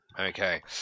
Okay